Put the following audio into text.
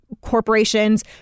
corporations